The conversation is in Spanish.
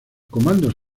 comandos